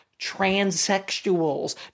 transsexuals